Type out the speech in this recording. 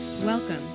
Welcome